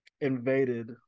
invaded